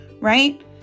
right